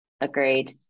Agreed